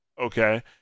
Okay